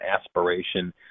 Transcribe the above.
aspiration